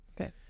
Okay